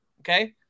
okay